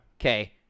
Okay